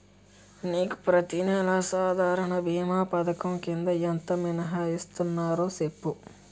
నీకు ప్రతి నెల సాధారణ భీమా పధకం కింద ఎంత మినహాయిస్తన్నారో సెప్పు